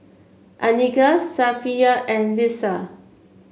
Andika Safiya and Lisa